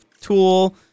tool